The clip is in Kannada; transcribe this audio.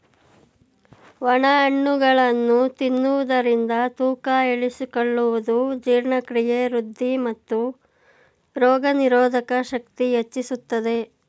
ಒಣ ಹಣ್ಣುಗಳನ್ನು ತಿನ್ನುವುದರಿಂದ ತೂಕ ಇಳಿಸಿಕೊಳ್ಳುವುದು, ಜೀರ್ಣಕ್ರಿಯೆ ವೃದ್ಧಿ, ಮತ್ತು ರೋಗನಿರೋಧಕ ಶಕ್ತಿ ಹೆಚ್ಚಿಸುತ್ತದೆ